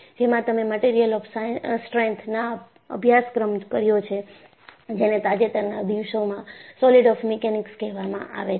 જેમાં તમે material of strength ના અભ્યાસક્રમ કર્યો છે જેને તાજેતરના દિવસોમાં સોલીડ ઓફ મિકેનિક્સ કહેવામાં આવે છે